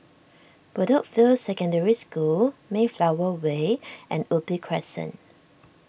Bedok View Secondary School Mayflower Way and Ubi Crescent